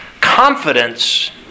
confidence